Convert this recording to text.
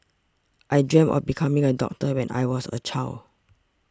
I dreamt of becoming a doctor when I was a child